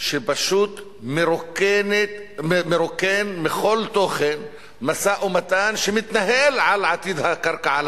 שפשוט מרוקן מכל תוכן משא-ומתן שמתנהל על עתיד הקרקע,